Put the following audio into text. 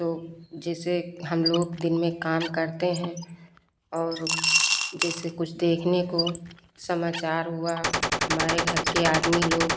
तो जैसे हम लोग दिन में काम करते हैं और जैस कुछ देखने को समाचार हुआ हमारे घर के आदमी लोग